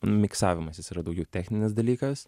miksavimas jis yra daugiau techninis dalykas